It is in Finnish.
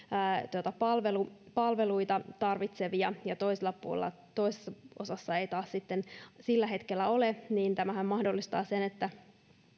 palveluita tarvitsevia ja toisessa osassa ei taas sitten sillä hetkellä ole niin tämähän mahdollistaa sen